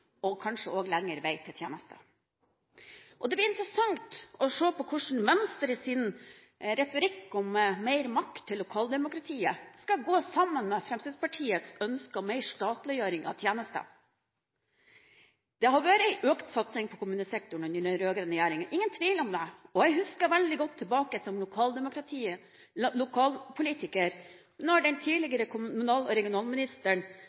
og kanskje også lengre vei til tjenester? Det blir interessant å se hvordan Venstres retorikk om lokaldemokratiet skal gå sammen med Fremskrittspartiets ønske om mer statliggjøring av tjenester. Det har vært økt satsing på kommunesektoren under den rød-grønne regjeringen – ingen tvil om det. Jeg husker veldig godt tilbake som lokalpolitiker da den tidligere kommunal- og regionalministeren,